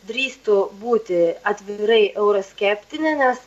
drįstų būti atvirai euroskeptinė nes